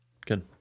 good